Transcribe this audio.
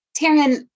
Taryn